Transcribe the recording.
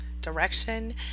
direction